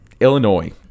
Illinois